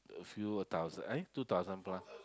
a few a thousand eh two thousand plus